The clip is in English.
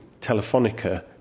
Telefonica